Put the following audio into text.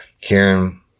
Karen